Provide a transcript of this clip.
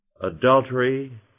Adultery